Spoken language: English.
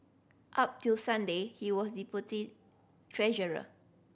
up till Sunday he was deputy treasurer